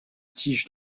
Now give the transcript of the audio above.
tiges